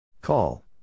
Call